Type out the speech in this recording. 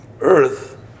earth